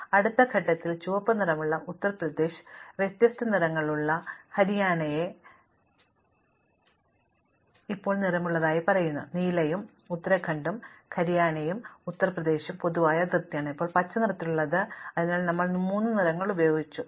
അതിനാൽ അടുത്ത ഘട്ടത്തിൽ ചുവപ്പ് നിറമുള്ള ഉത്തർപ്രദേശ് വ്യത്യസ്ത നിറങ്ങളുള്ള ഹരിയാനയെ ഞങ്ങൾ ഇപ്പോൾ നിറമുള്ളതായി പറയുന്നു നീലയും ഉത്തരാഖണ്ഡും ഹരിയാനയുമായും ഉത്തർപ്രദേശുമായും പൊതുവായ അതിർത്തിയാണ് ഇപ്പോൾ പച്ച നിറത്തിലുള്ളത് അതിനാൽ ഞങ്ങൾ മൂന്ന് നിറങ്ങൾ ഉപയോഗിച്ചു